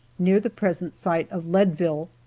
near the present site of leadville.